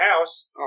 house